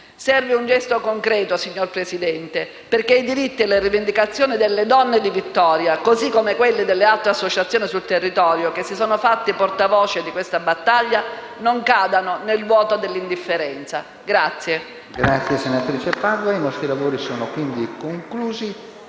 Serve un gesto concreto, perché i diritti e le rivendicazioni delle donne di Vittoria, così come quelli delle altre associazioni sul territorio che si sono fatti portavoce di questa battaglia, non cadano nel vuoto dell'indifferenza.